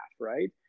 right